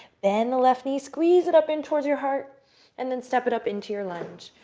bend the left knee, squeeze it up in towards your heart and then step it up into your lunge.